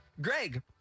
Greg